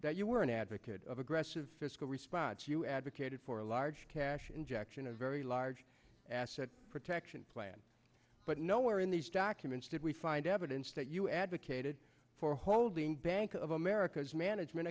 that you were an advocate of aggressive fiscal response you advocated for a large cash injection a very large asset protection plan but nowhere in these documents did we find evidence that you advocated for holding bank of america's management